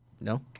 No